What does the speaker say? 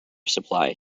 supply